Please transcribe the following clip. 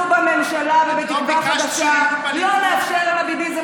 אנחנו בממשלה ובתקווה חדשה לא נאפשר לביביזם